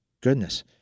goodness